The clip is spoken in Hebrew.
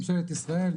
ממשלת ישראל,